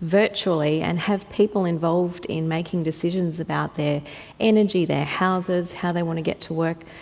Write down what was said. virtually and have people involved in making decisions about their energy, their houses, how they want to get to work,